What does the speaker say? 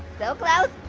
so close.